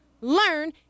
learn